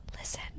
Listen